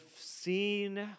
seen